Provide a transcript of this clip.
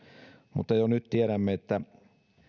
mutta jo nyt tiedämme että